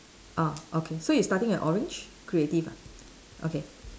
ah okay so you starting at orange creative ah okay